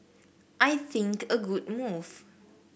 I think a good move